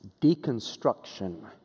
deconstruction